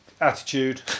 attitude